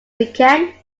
weekend